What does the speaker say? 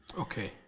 Okay